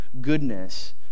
Goodness